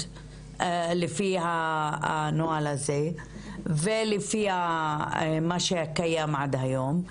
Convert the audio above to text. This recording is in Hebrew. לפי הנוהל הזה ולפי מה שקיים עד היום.